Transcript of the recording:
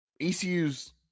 ECU's